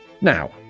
now